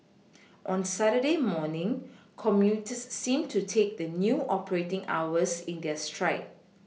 on Saturday morning commuters seemed to take the new operating hours in their stride